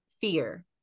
fear